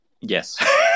yes